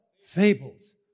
Fables